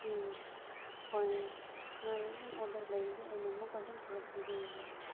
ꯎꯝ ꯍꯣꯏ ꯅꯣꯏ ꯑꯗꯨꯝ ꯑꯣꯗꯔ ꯂꯩꯔꯗꯤ ꯑꯩꯅ ꯑꯃꯨꯛꯀ ꯑꯗꯨꯝ ꯄꯨꯔꯛꯄꯤꯕ ꯌꯥꯏꯌꯦ